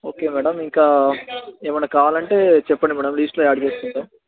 okay madam ఇంకా ఏమైనా కావాలి అంటే చెప్పండి మేడమ్ లిస్ట్లో యాడ్ చేసుకుంటాము